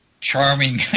charming